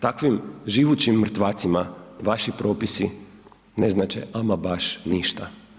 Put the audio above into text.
Takvim živućim mrtvacima vaši propisi ne znače ama baš ništa.